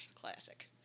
Classic